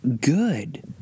good